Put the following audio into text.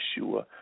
Yeshua